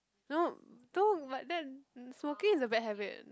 no though but that smoking is a bad habit